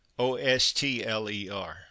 O-S-T-L-E-R